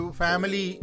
family